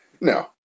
No